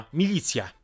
milicja